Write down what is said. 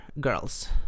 girls